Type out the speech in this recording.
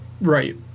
Right